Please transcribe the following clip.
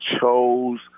chose